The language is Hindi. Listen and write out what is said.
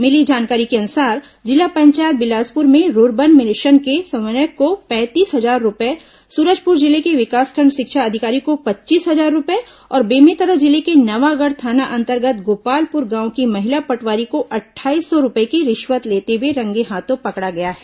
मिली जानकारी के अनुसार जिला पंचायत बिलासपुर में रूर्बन मिशन के समन्वयक को पैंतीस हजार रूपए सूरजपुर जिले के विकासखंड शिक्षा अधिकारी को पच्चीस हजार रुपये और बेमेतरा जिले के नवागढ़ थाना अंतर्गत गोपालपुर गांव की महिला पटवारी को अट्ठाईस सौ रूपए की रिश्वत लेते हुए रंगे हाथों पकड़ा गया है